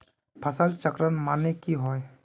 फसल चक्रण माने की होय?